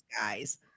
guys